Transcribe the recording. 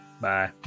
Bye